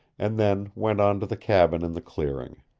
and then went on to the cabin in the clearing.